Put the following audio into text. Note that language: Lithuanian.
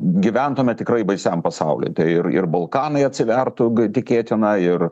gyventume tikrai baisiam pasauly tai ir ir balkanai atsivertų tikėtina ir